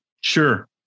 Sure